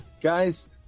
guys